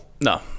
No